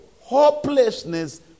hopelessness